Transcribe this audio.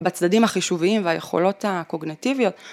בצדדים החישוביים והיכולות הקוגנטיביות.